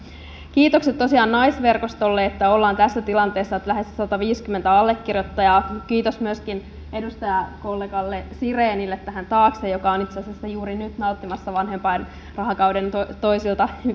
kiitokset tosiaan naisverkostolle että ollaan tässä tilanteessa lähes sataviisikymmentä allekirjoittajaa kiitos myöskin edustajakollega sirenille tähän taakse joka on itse asiassa juuri nyt nauttimassa vanhempainrahakauden